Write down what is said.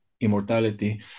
immortality